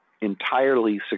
entirely